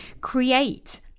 create